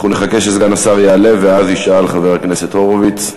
נחכה שיעלה, ואז ישאל חבר הכנסת הורוביץ.